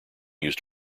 used